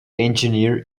engineer